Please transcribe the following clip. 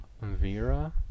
Vera